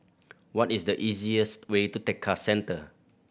what is the easiest way to Tekka Centre